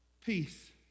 Peace